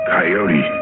Coyote